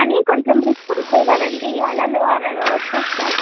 కానీ కొంచెం రిస్క్ ఉంటుంది కదండీ అలలు అలా వచ్చేస్తే